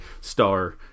star